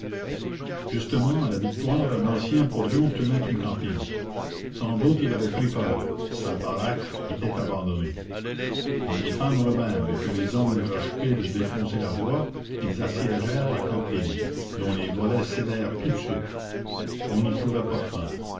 justement à la victoire un ancien porion tenait une cantine sans doute il avait pris peur sa baraque était abandonnée quand les femmes revinrent et que les hommes eurent achevé de défoncer la voie ils assiégèrent la cantine dont les volets cédèrent tout de suite on n'y trouva pas de pain